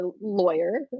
lawyer